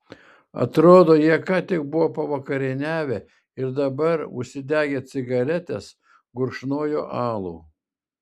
atrodo jie ką tik buvo pavakarieniavę ir dabar užsidegę cigaretes gurkšnojo alų